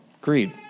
greed